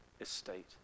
estate